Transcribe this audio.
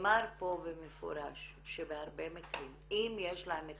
נאמר פה במפורש שבהרבה מקרים אם יש להם את